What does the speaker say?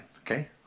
okay